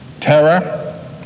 terror